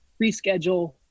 reschedule